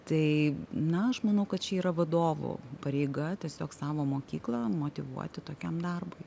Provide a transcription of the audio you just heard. tai na aš manau kad čia yra vadovų pareiga tiesiog savo mokyklą motyvuoti tokiam darbui